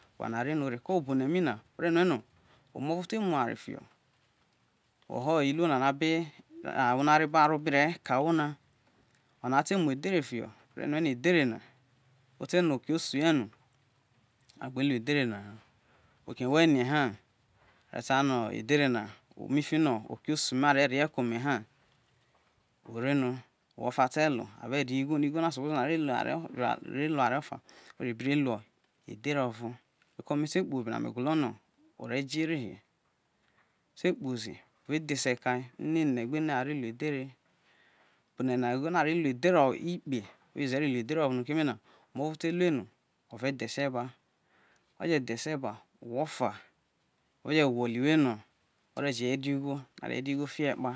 oware ne re no, wo ho obone mi ne̱, omo ro to̱ mu owere fiho̱ i who a be ro ke ahwo nai no an o̱ te ma edhere fiho are rue no̱ edhere ote no ok osu ye no agbe lu edhere na ha, jo wu rie he a je̱ ta no̱ fiki no oke osu me aro re ye ko me ha ore no owo ta te lo are re ho igbo na, igho no as upposebi no are in ware ofa are bi ro luo edhere oro reko me te kpo obe rie me gwolo no re jo ere we me te kpozi ma dhese kae mo ene gbe ene are lu edhere obo ne̱ na ugho no ar o lu edhere ikpe a use ro lu edhere oro no keme na omo ro te lu ei no ure dhesie ba oje denesie ba no̱ ore je re ugho are re ugho fiho ekpa